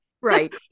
right